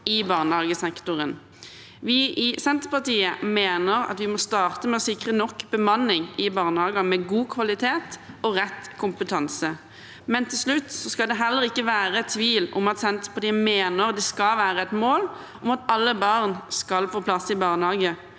i barnehagesektoren. Vi i Senterpartiet mener at vi må starte med å sikre nok bemanning i barnehager, med god kvalitet og rett kompetanse. Til slutt: Det skal heller ikke være tvil om at Senterpartiet mener det skal være et mål at alle barn skal få plass i barnehage,